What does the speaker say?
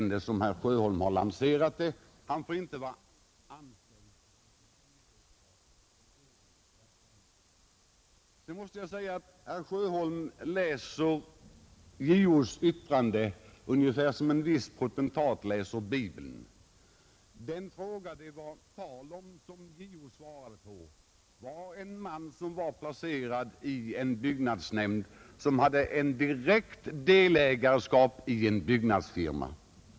Han får inte vara anställd i eller bedriva egen verksamhet inom branschen. Sedan måste jag säga att herr Sjöholm läser JO:s yttrande ungefär som en viss potentat läser Bibeln. I det ärende, som JO behandlade, gällde det en person som var ledamot av byggnadsnämnden och som var delägare i en byggnadsfirma.